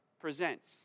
presents